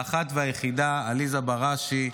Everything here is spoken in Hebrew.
לאחת והיחידה עליזה בראשי,